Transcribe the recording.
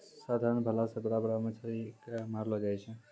साधारण भाला से बड़ा बड़ा मछली के मारलो जाय छै